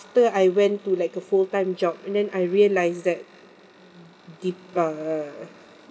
after I went to like a full time job and then I realise that dip~ uh